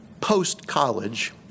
post-college